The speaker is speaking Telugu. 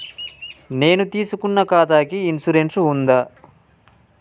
నేను తీసుకున్న ఖాతాకి ఇన్సూరెన్స్ ఉందా?